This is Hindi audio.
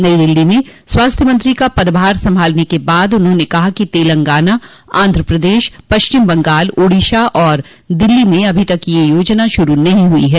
नई दिल्ली में स्वास्थ्य मंत्री का पदभार संभालने के बाद उन्होंने कहा कि तेलंगाना आंध्र प्रदेश पश्चिम बंगाल ओडिशा और दिल्ली में अभी तक यह योजना शुरू नहीं हुई है